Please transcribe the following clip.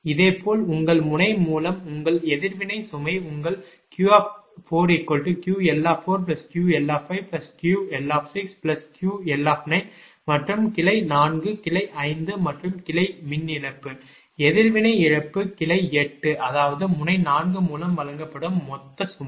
இதேபோல் உங்கள் முனை மூலம் உங்கள் எதிர்வினை சுமை உங்கள் QQLQLQLQL மற்றும் கிளை 4 கிளை 5 மற்றும் கிளை மின் இழப்பு எதிர்வினை இழப்பு கிளை 8 அதாவது முனை 4 மூலம் வழங்கப்படும் மொத்த சுமை